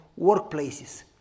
workplaces